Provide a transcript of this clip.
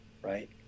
right